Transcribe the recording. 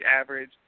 average